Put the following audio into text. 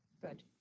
Good